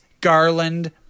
Garland